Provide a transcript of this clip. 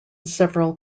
several